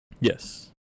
Yes